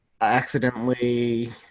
accidentally